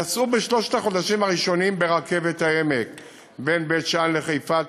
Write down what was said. שנסעו בשלושת החודשים הראשונים ברכבת העמק בין בית-שאן לחיפה,